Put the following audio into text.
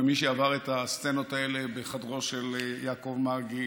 ומי שעבר את הסצנות האלה בחדרו של יעקב מרגי